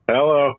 Hello